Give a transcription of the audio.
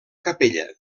capella